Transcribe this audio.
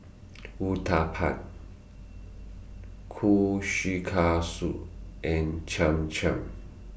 Uthapam Kushikatsu and Cham Cham